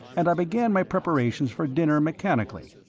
and i began my preparations for dinner mechanically,